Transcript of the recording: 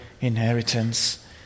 inheritance